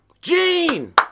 gene